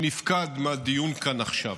שנפקד מהדיון כאן עכשיו.